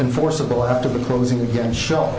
enforceable after the closing again show